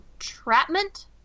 Entrapment